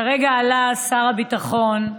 כרגע עלה שר הביטחון,